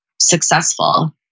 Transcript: successful